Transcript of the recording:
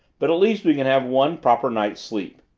but at least we can have one proper night's sleep.